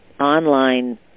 online